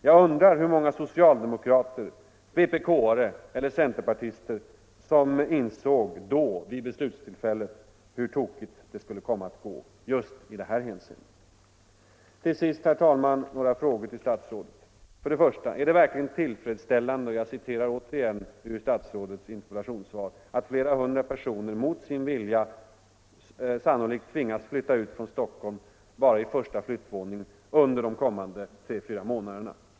Jag undrar hur många socialdemokrater, vpk-are eller centerpartister som vid beslutstillfället insåg hur tokigt det skulle komma att gå just i detta hänseende. Till sist, herr talman, några frågor till herr statsrådet. 1. Är det verkligen tillfredsställande att — som framgår av statsrådets interpellationssvar — flera hundra personer mot sin vilja sannolikt tvingas flytta ut från Stockholm bara under den första flyttvågen under de kommande tre-fyra månaderna?